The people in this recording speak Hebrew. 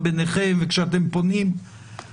מתי הדיון הבא?